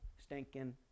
stinking